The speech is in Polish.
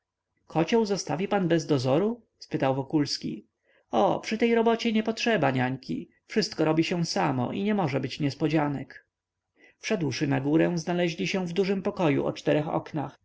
kocioł zostawi pan bez dozoru spytał wokulski o przy tej robocie nie potrzeba niańki wszystko robi się samo i nie może być niespodzianek wszedłszy na górę znaleźli się w dużym pokoju o czterech oknach